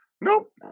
Nope